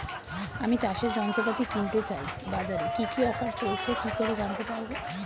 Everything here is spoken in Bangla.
আমি চাষের যন্ত্রপাতি কিনতে চাই বাজারে কি কি অফার চলছে কি করে জানতে পারবো?